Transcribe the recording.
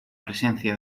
presencia